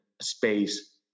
space